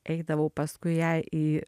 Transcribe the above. eidavau paskui ją į